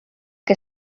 que